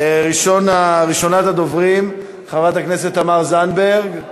ראשונת הדוברים, חברת הכנסת תמר זנדברג,